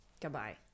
Goodbye